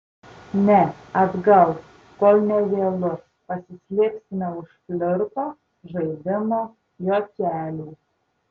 ne atgal kol nė vėlu pasislėpsime už flirto žaidimo juokelių